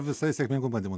visai sėkmingų bandymų